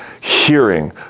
hearing